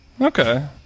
Okay